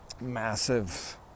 massive